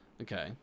Okay